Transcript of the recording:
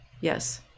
yes